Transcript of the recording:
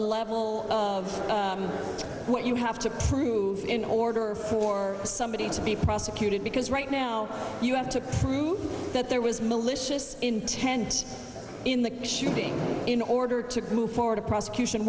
level of what you have to prove in order for somebody to be prosecuted because right now you have to prove that there was malicious intent in the shooting in order to move forward a prosecution